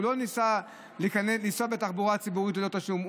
הוא לא ניסה לנסוע בתחבורה הציבורית ללא תשלום.